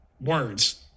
words